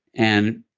and